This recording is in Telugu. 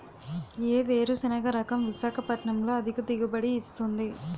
ఏ వేరుసెనగ రకం విశాఖపట్నం లో అధిక దిగుబడి ఇస్తుంది?